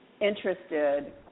interested